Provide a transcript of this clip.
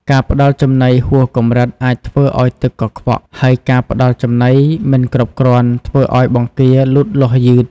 ការផ្តល់ចំណីហួសកម្រិតអាចធ្វើឲ្យទឹកកខ្វក់ ហើយការផ្តល់ចំណីមិនគ្រប់គ្រាន់ធ្វើឲ្យបង្គាលូតលាស់យឺត។